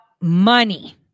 money